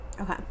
Okay